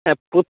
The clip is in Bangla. হ্যাঁ প্রোত্